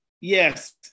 Yes